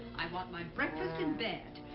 i want my breakfast in bed.